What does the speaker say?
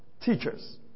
teachers